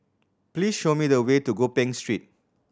please show me the way to Gopeng Street